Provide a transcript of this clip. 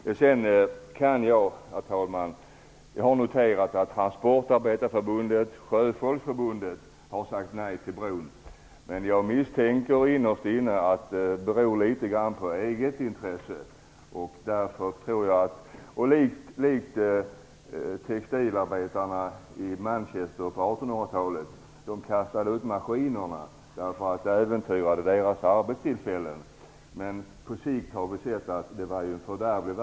Jag har vidare, herr talman, noterat att Transportarbetareförbundet och Sjöfolksförbundet har sagt nej till bron, men jag misstänker innerst inne att det beror litet grand på egenintresse, på samma sätt som när arbetarna i Manchester på 1800-talet kastade ut maskinerna därför att dessa äventyrade deras arbetstillfällen. Vi har sett att detta på sikt var fördärvligt.